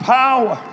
power